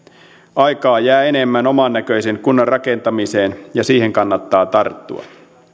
aikaa jää enemmän omannäköisen kunnan rakentamiseen ja siihen kannattaa tarttua